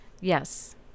Yes